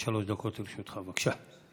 עד שלוש דקות לרשותך, בבקשה.